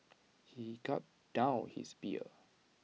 he gulped down his beer